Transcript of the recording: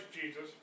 Jesus